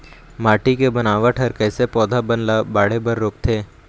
माटी के बनावट हर कइसे पौधा बन ला बाढ़े बर रोकथे?